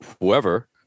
whoever